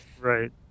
Right